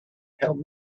help